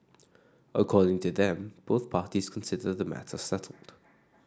according to them both parties consider the matter settled